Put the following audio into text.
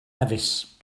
nevis